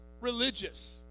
religious